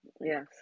Yes